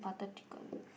butter chicken